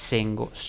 Single